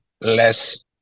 less